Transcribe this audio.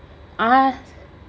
ah